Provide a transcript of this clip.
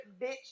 bitch